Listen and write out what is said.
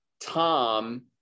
Tom